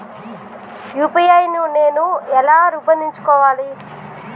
UPI నేను ఎలా రూపొందించుకోవాలి?